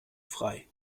frei